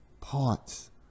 parts